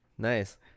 Nice